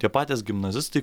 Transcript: tie patys gimnazistai